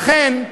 לכן,